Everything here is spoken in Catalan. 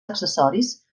accessoris